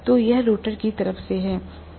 तो यह रोटर की तरफ से है